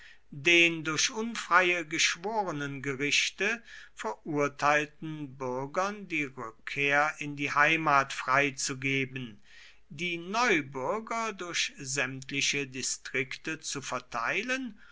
den durch unfreie geschworenengerichte verurteilten bürgern die rückkehr in die heimat freizugeben die neubürger durch sämtliche distrikte zu verteilen